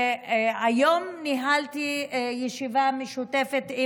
היום ניהלתי ישיבה משותפת,